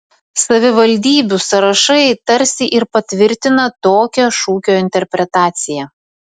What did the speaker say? savivaldybių sąrašai tarsi ir patvirtina tokią šūkio interpretaciją